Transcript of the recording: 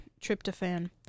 Tryptophan